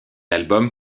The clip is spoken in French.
album